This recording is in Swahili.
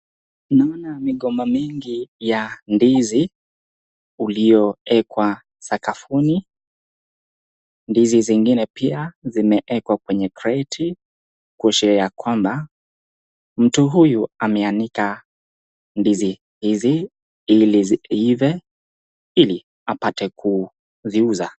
Naona migomba mingi ya ndizi uliowekwa sakafuni ndizi zingine pia zimewekwa kwenye greti kuashiria kwamba mtu huyu ameanika ndizi hizi ili ziive ile apate kuziuza.